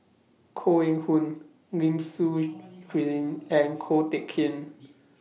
Koh Eng Hoon Lim Suchen cuision and Ko Teck Kin